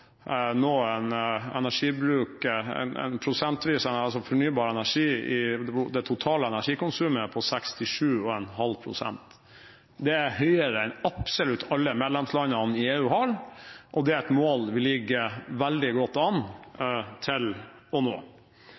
nå en prosentvis energibruk av fornybar energi i det totale energikonsumet på 67,5 pst. Det er høyere enn det absolutt alle medlemslandene i EU har, og det er et mål vi ligger veldig godt an til å nå.